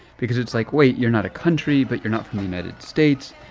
because it's like, wait you're not a country, but you're not from the united states,